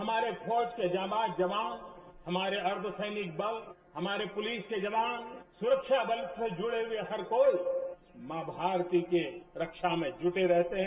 हमारे फौज के ये जावांज जवान हमारे अर्द्धसैनिक बल हमारे पुलिस के जवान सुरक्षा बल से जुड़े हुए हर मां भारती की रक्षा में जुटे रहते हैं